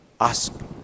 Ask